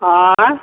आँय